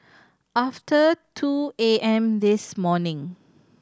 after two A M this morning